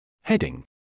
Heading